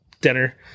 dinner